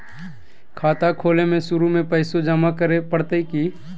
खाता खोले में शुरू में पैसो जमा करे पड़तई की?